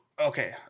okay